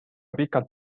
pikalt